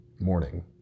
morning